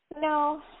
No